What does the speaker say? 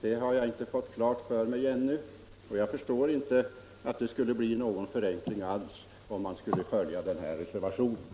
Det har jag inte fått klart för mig ännu, och jag förstår inte att det skulle bli någon förenkling alls, om man följde den här reservationen.